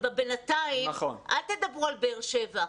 בינתיים אל תדברו על באר שבע,